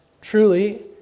Truly